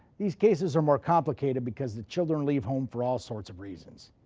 these cases are more complicated because the children leave home for all sorts of reasons.